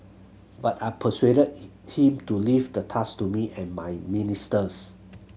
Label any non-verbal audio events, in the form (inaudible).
but I persuaded (unintelligible) him to leave the task to me and my ministers